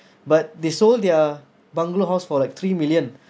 but they sold their bungalow house for like three million